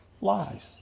lies